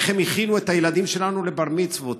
איך הם הכינו את הילדים שלנו לבר מצווה,